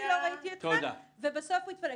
אני לא ראיתי אתכם ובסוף הוא התפלק.